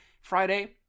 Friday